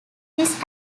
this